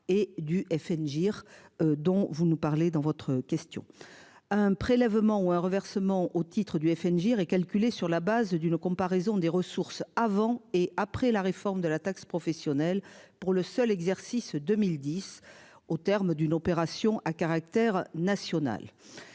et du FN GIR dont vous nous parlez dans votre question. À un prélèvement ou un renversement au titre du FNJ re-calculé sur la base d'une comparaison des ressources avant et après la réforme de la taxe professionnelle pour le seul exercice 2010 au terme d'une opération à caractère national.